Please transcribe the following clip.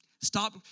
Stop